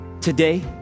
today